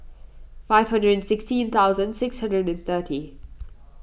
five hundred and sixteen thousand six hundred and thirty